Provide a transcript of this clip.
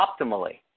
optimally